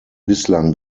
bislang